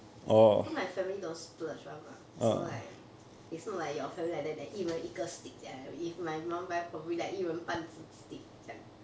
because my family don't splurge one mah so like it's not like your family like that then 一人一个 stick 这样 if my mum buy probably like 一人半只 stick 这样